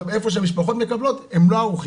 איפה שהמשפחות מקבלות הם לא ערוכים,